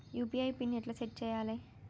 UPI PIN ఎట్లా set చేయాలే?